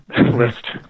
list